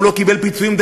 והוא לא קיבל פיצויים,